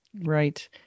Right